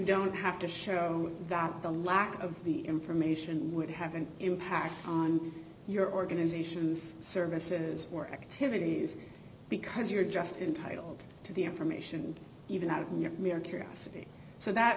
don't have to show that the lack of the information would have an impact on your organization's services or activities because you're just intitled to the information even out of your we are curiosity so that